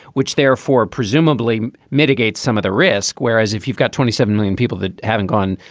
which therefore presumably mitigates some of the risk whereas if you've got twenty seven million people that haven't gone,